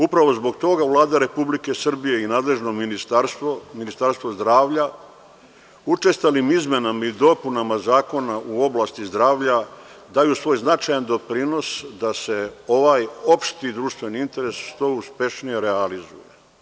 Upravo zbog toga Vlada Republike Srbije i nadležno ministarstvo, Ministarstvo zdravlja učestalim izmenama i dopunama zakona u oblasti zdravlja daju svoj značajan doprinos da se ovaj opšti društveni interes što uspešnije realizuje.